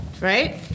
right